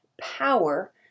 power